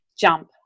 jump